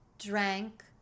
drank